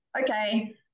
okay